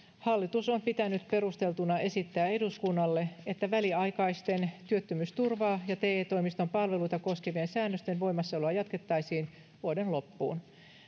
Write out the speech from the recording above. hallitus on pitänyt perusteltuna esittää eduskunnalle että väliaikaisten työttömyysturvaa ja te toimiston palveluita koskevien säännösten voimassaoloa jatkettaisiin vuoden loppuun